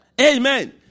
Amen